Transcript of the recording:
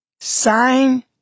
sign